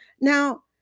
Now